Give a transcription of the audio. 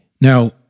Now